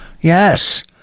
Yes